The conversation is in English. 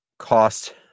Cost